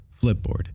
Flipboard